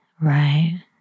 Right